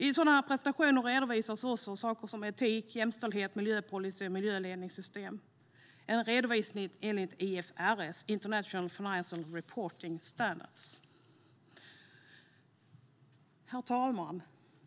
I sådana här presentationer redovisas också sådant som etik, jämställdhets och miljöpolicy och miljöledningssystem enligt IFRS, vilket står för international financial reporting standards. Herr talman!